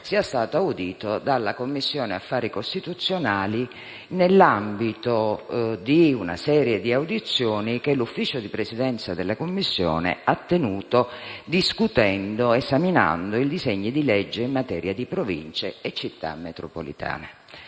sia stato audito dalla Commissione affari costituzionali, nell'ambito di una serie di audizioni che l'ufficio di Presidenza della Commissione ha tenuto esaminando i disegni di legge in materia di Province e Città metropolitane.